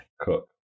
cook